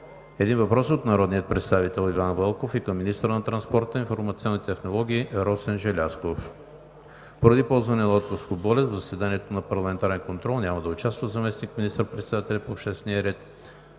един въпрос от народния представител Иван Вълков към министъра на транспорта, информационните технологии и съобщенията Росен Желязков. Поради ползване на отпуск по болест в заседанието за парламентарен контрол няма да участва заместник министър председателят по обществения ред